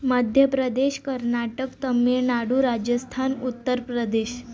Madhya Pradesh Karnataka Tamil Nadu Rajasthan Uttar Pradesh